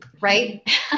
Right